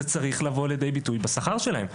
זה צריך לבוא לידי ביטוי בשכר שלהם.